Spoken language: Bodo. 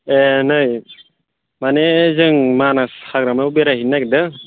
ए नै माने जों मानास हाग्रामायाव बेराय हैनो नागिरदों